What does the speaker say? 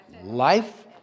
life